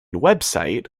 website